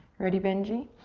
ready, benji?